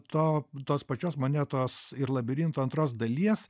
to tos pačios monetos ir labirinto antros dalies